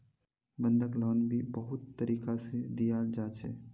बंधक लोन भी बहुत तरीका से दियाल जा छे